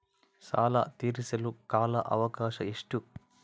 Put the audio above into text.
ಸಾಲ ತೇರಿಸಲು ಕಾಲ ಅವಕಾಶ ಎಷ್ಟು?